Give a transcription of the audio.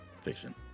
Fiction